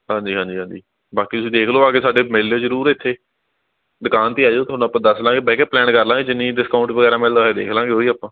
ਹਾਂਜੀ ਹਾਂਜੀ ਹਾਂਜੀ ਬਾਕੀ ਤੁਸੀਂ ਦੇਖ ਲਓ ਆ ਕੇ ਸਾਡੇ ਮਿਲ ਲਿਓ ਜ਼ਰੂਰ ਇੱਥੇ ਦੁਕਾਨ 'ਤੇ ਆ ਜਿਓ ਤੁਹਾਨੂੰ ਆਪਾਂ ਦੱਸ ਲਾਂਗੇ ਬਹਿ ਕੇ ਪਲੈਨ ਕਰ ਲਾਂਗੇ ਜਿੰਨੀ ਡਿਸਕਾਊਂਟ ਵਗੈਰਾ ਮਿਲਦਾ ਹੋਇਆ ਦੇਖ ਲਾਂਗੇ ਉਹੀ ਆਪਾਂ